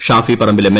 Shafi Parambil M